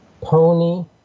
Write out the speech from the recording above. Pony